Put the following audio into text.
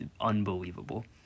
unbelievable